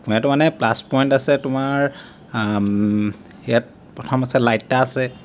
কেমেৰাটো মানে plus point আছে তোমাৰ ইয়াত প্ৰথম আছে লাইট এটা আছে